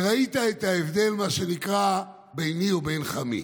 וראית את ההבדל ביני ובין חמי,